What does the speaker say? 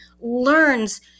learns